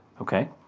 Okay